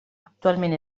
actualment